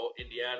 Indiana